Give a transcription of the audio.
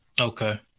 Okay